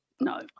No